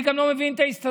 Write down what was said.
אני גם לא מבין את ההסתדרות.